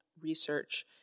research